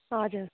हजुर